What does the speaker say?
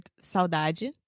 saudade